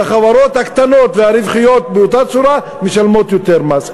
והחברות הקטנות והרווחיות באותה צורה משלמות יותר מס.